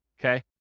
okay